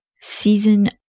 season